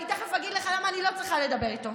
אני תכף אגיד לך למה אני לא צריכה לדבר איתו.